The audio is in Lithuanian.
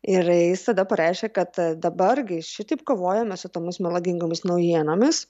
ir jis tada pareiškė kad dabar gi šitaip kovojame su tomis melagingomis naujienomis